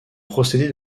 procédé